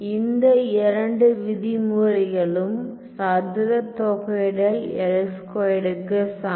இந்த இரண்டு விதிமுறைகளும் சதுர தொகையிடல் L2 - க்கு சமம்